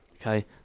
Okay